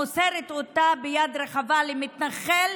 מוסרת אותו ביד רחבה למתנחל